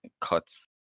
cuts